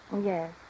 Yes